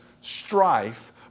strife